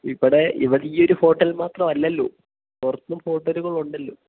ഇവിടെ ഇവിടെ ഈ ഒരു ഹോട്ടൽ മാത്രമല്ലല്ലോ പുറത്തും ഹോട്ടലുകൾ ഉണ്ടല്ലോ